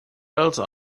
else